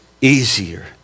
easier